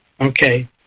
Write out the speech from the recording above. Okay